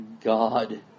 God